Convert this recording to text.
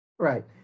Right